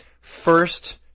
first